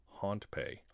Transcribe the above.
HauntPay